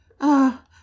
Ah